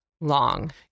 Long